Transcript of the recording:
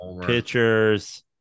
Pitchers